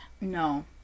No